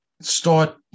start